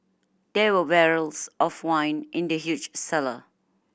there were barrels of wine in the huge cellar